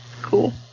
Cool